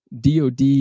DOD